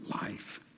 life